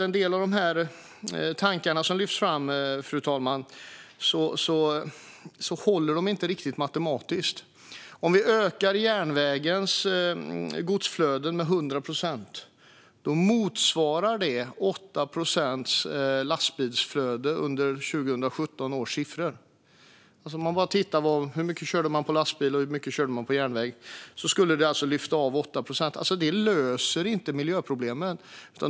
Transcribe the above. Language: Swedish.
En del av de tankar som lyfts fram håller inte riktigt matematiskt. Om järnvägens godsflöden ökas med 100 procent motsvarar det 8 procents lastbilsflöde med 2017 års siffror. Om vi tittar på hur mycket man körde på lastbil och hur mycket man körde på järnväg skulle det alltså minska lastbilstrafiken med 8 procent. Det löser inte miljöproblemet.